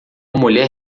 mulher